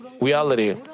reality